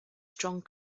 strong